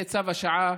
זה צו השעה,